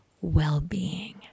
well-being